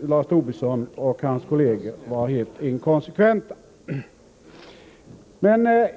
Lars Tobisson och hans partikolleger vara helt inkonsekventa.